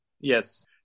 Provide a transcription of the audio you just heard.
Yes